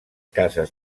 cases